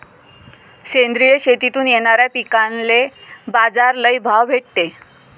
सेंद्रिय शेतीतून येनाऱ्या पिकांले बाजार लई भाव भेटते